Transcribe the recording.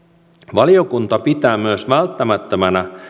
valiokunta pitää myös välttämättömänä